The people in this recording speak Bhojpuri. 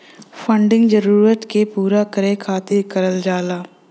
फंडिंग जरूरत के पूरा करे खातिर करल जाला